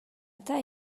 eta